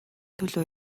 төлөө